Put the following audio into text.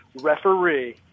referee